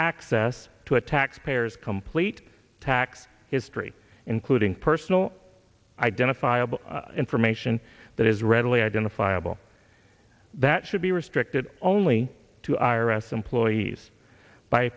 access to a taxpayer's complete tax history including personal identifiable information that is readily identifiable that should be restricted only to r s employees by